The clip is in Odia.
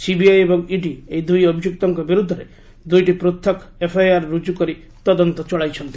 ସିବିଆଇ ଏବଂ ଇଡି ଏହି ଦୁଇ ଅଭିଯୁକ୍ତଙ୍କ ବିରୁଦ୍ଧରେ ଦୁଇଟି ପୂଥକ୍ ଏଫ୍ଆଇଆର୍ ରୁଜୁ କରି ତଦନ୍ତ ଚଳାଇଛନ୍ତି